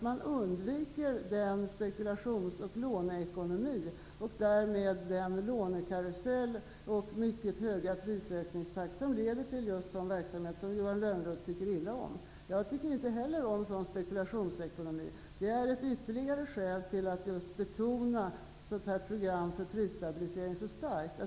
Man undviker då den spekulations och låneekonomi och därmed den lånekarusell och mycket höga prisökningstakt som leder till sådan verksamhet som Johan Lönnroth tycker illa om. Jag tycker inte heller om spekulationsekonomi. Det är ett ytterligare skäl till att så starkt betona ett program för prisstabilisering.